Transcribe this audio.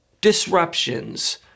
disruptions